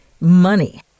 money